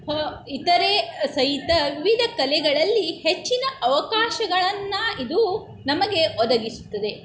ಹ ಇತರೆ ಸಹಿತ ವಿವಿಧ ಕಲೆಗಳಲ್ಲಿ ಹೆಚ್ಚಿನ ಅವಕಾಶಗಳನ್ನು ಇದು ನಮಗೆ ಒದಗಿಸುತ್ತದೆ